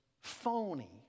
phony